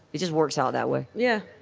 it just works out that way yeah,